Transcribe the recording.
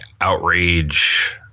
outrage